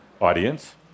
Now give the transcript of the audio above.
Audience